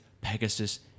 Pegasus